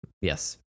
Yes